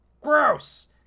gross